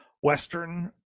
Western